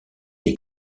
des